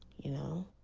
you know?